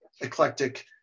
eclectic